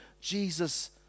Jesus